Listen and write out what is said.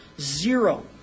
Zero